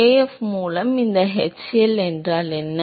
kf மூலம் இந்த h L என்றால் என்ன